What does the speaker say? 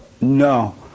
No